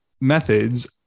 methods